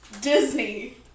Disney